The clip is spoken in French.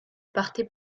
partait